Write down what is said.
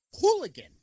hooligan